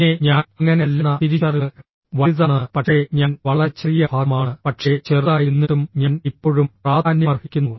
പിന്നെ ഞാൻ അങ്ങനെയല്ലെന്ന തിരിച്ചറിവ് വലുതാണ് പക്ഷേ ഞാൻ വളരെ ചെറിയ ഭാഗമാണ് പക്ഷേ ചെറുതായിരുന്നിട്ടും ഞാൻ ഇപ്പോഴും പ്രാധാന്യമർഹിക്കുന്നു